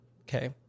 Okay